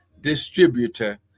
distributor